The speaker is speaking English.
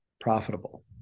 profitable